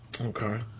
Okay